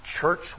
church